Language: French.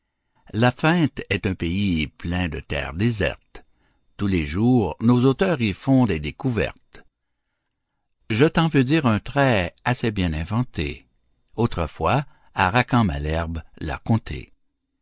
la feinte est un pays plein de terres désertes tous les jours nos auteurs y font des découvertes je t'en veux dire un trait assez bien inventé autrefois à racan malherbe l'a conté